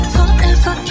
Forever